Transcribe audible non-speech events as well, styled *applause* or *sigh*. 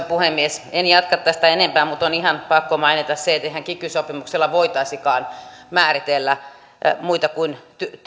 *unintelligible* puhemies en jatka tästä enempää mutta on ihan pakko mainita se että eihän kiky sopimuksella voitaisikaan määritellä muita kuin